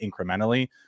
incrementally